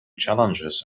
challenges